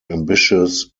ambitious